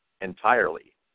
entirely